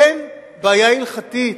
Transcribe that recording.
אין בעיה הלכתית.